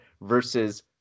versus